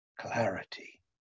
clarity